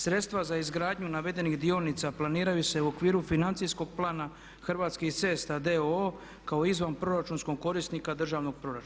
Sredstva za izgradnju navedenih dionica planiraju se u okviru Financijskog plana Hrvatskih cesta d.o.o. kao izvanproračunskog korisnika državnog proračuna.